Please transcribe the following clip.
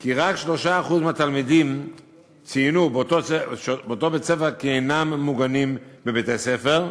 רק 3% מהתלמידים באותו בית-ספר ציינו כי אינם מוגנים בבית-הספר,